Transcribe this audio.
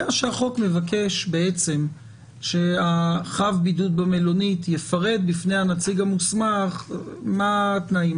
החוק מבקש שחב בידוד במלונית יפרט בפני הנציג המוסמך מה התנאים.